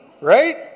Right